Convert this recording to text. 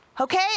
okay